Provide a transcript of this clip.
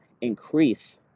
increase